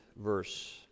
verse